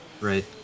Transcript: Right